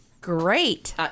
great